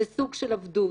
זה סוג של עבדות.